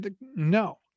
No